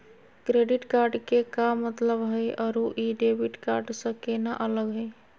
Credit card के का मतलब हई अरू ई डेबिट कार्ड स केना अलग हई?